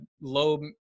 low